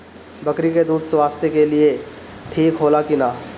बकरी के दूध स्वास्थ्य के लेल ठीक होला कि ना?